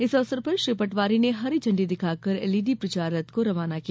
इस अवसर पर श्री पटवारी ने हरी झण्डी दिखाकर एलईडी प्रचार रथ को रवाना किया